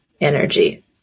energy